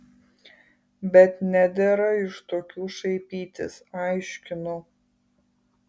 bet nedera iš tokių šaipytis aiškinu